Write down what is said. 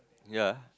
ya